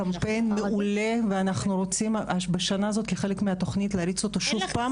קמפיין מעולה ואנחנו רוצים בשנה הזאת כחלק מהתוכנית להריץ אותו שוב.